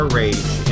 rage